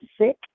sick